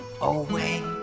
away